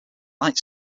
light